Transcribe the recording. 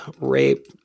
rape